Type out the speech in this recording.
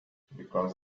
because